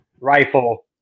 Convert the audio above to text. rifle